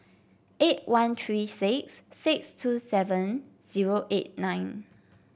eight one three six six two seven zero eight nine